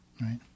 right